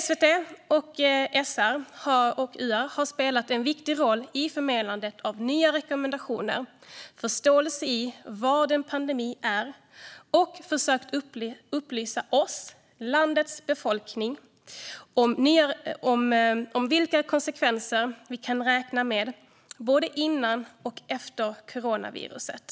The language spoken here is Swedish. SVT, SR och UR har spelat en viktig roll i förmedlandet av nya rekommendationer och för förståelsen för vad en pandemi är och har även försökt upplysa oss, landets befolkning, om vilka konsekvenser vi kan räkna med, både före och efter coronaviruset.